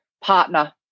partner